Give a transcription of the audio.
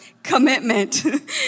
Commitment